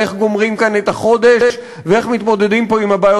על איך גומרים כאן את החודש ואיך מתמודדים פה עם הבעיות